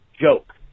joke